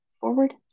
forward